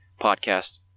podcast